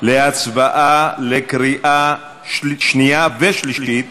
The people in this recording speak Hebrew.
להצבעה בקריאה שנייה ושלישית